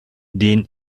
den